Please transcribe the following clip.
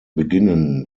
beginnen